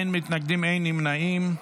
אין מתנגדים ואין נמנעים.